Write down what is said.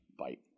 bite